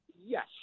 Yes